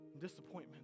Disappointment